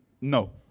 No